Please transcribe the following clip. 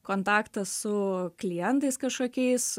kontaktas su klientais kažkokiais